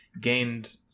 Gained